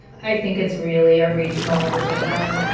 i think it's really a regional decision.